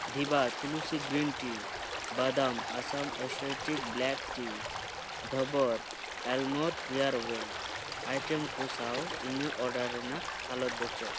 ᱫᱷᱤᱵᱟ ᱛᱩᱞᱩᱥᱤ green tea ᱵᱟᱫᱟᱢ Assam exotic black tea Dabur almond hair oil item ᱠᱚ ᱥᱟᱶ ᱤᱧᱟᱜ ᱚᱰᱟᱨ ᱨᱮᱱᱟᱜ ᱦᱟᱞᱚᱛ ᱫᱚ ᱪᱮᱫ